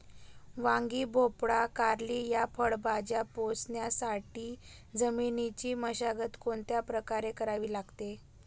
वांगी, भोपळा, कारली या फळभाज्या पोसण्यासाठी जमिनीची मशागत कोणत्या प्रकारे करावी लागेल?